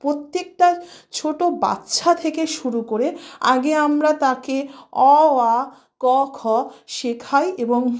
প্রত্যেকটা ছোট বাচ্চা থেকে শুরু করে আগে আমরা তাকে অ আ ক খ শেখাই এবং